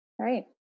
Right